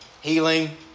healing